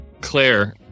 Claire